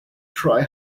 try